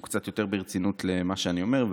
קצת יותר ברצינות למה שאני אומר.